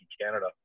Canada